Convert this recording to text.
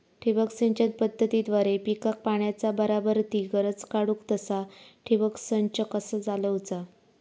ठिबक सिंचन पद्धतीद्वारे पिकाक पाण्याचा बराबर ती गरज काडूक तसा ठिबक संच कसा चालवुचा?